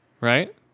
Right